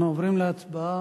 אנחנו עוברים להצבעה.